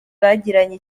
bagiranye